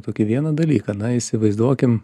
tokį vieną dalyką na įsivaizduokim